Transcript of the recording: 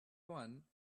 one